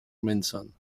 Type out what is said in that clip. manson